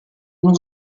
uno